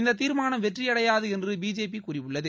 இந்தத் தீர்மானம் வெற்றி அடையாது என்று பிஜேபி கூறியுள்ளது